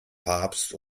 papst